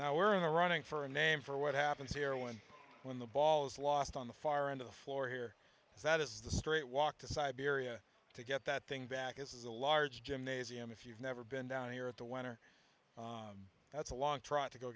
now we're in the running for a name for what happens here when when the ball is lost on the far end of the floor here that is the straight walk to siberia to get that thing back is a large gymnasium if you've never been down here at the winter that's a long trot to go